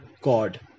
God